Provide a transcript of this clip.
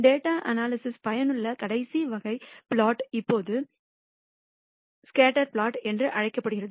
data analysis பயனுள்ள கடைசி வகை பிளாட் இப்போது ஸ்கேட்டர் பிளாட் என்று அழைக்கப்படுகிறது